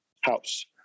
house